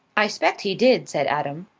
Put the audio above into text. i spect he did, said adam.